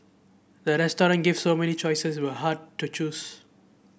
the restaurant gave so many choices was hard to choose